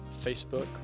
Facebook